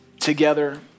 together